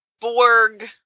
Borg